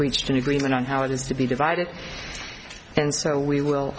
reached an agreement on how it is to be divided and so we will